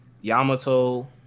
Yamato